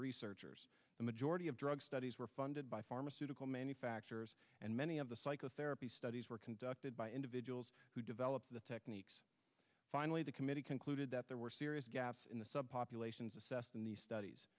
researchers the majority of drug studies were funded by pharmaceutical manufacturers and many of the psychotherapy studies were conducted by individuals who developed the techniques finally the committee concluded that there were serious gaps in the sub populations assessed in these studies